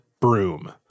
broom